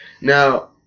Now